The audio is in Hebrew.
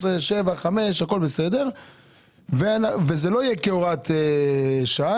12,000 ו-5,000 וזה לא יהיה כהוראת שעה.